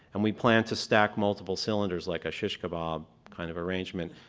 and we plan to stack multiple cylinders like a shish kabob kind of arrangement,